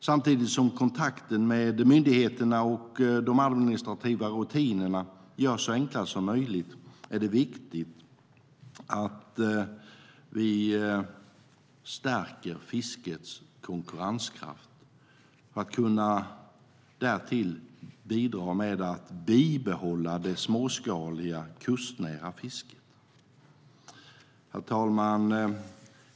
Samtidigt som kontakten med myndigheterna och de administrativa rutinerna görs så enkla som möjligt är det viktigt att vi stärker fiskets konkurrenskraft, för att därtill kunna bidra till att bibehålla det småskaliga, kustnära fisket. Herr talman!